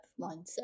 mindset